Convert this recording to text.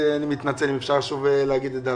לחזור?